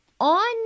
On